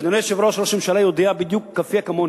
ואדוני היושב-ראש, ראש הממשלה יודע בדיוק כמוני: